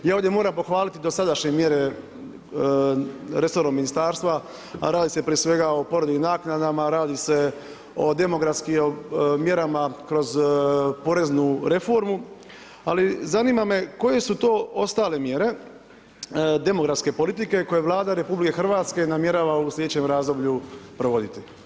Ja ovdje moram pohvaliti dosadašnje mjere resornog ministarstva, a radi se prije svega o porodiljnim naknadama, radi se o demografskim mjerama kroz poreznu reformu, ali zanima me koje su to ostale mjere demografske politike koje Vlada Republike Hrvatske namjerava u sljedećem razdoblju provoditi.